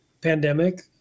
pandemic